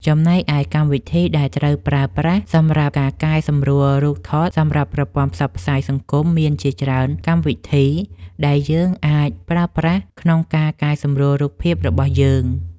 ចំណែកឯ កម្មវិធីដែលត្រូវប្រើប្រាស់សម្រាប់ការកែសម្រួលរូបថតសម្រាប់ប្រព័ន្ធផ្សព្វផ្សាយសង្គមមានជាច្រើនកម្មវិធី ដែលយើងអាចប្រើប្រាស់ក្នុងការកែសម្រួលរូបភាពរបស់យើង។